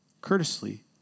Courteously